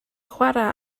chwarae